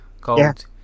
called